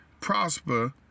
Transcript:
prosper